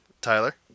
Tyler